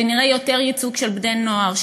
שנראה יותר ייצוג של בני נוער,